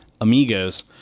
Amigos